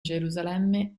gerusalemme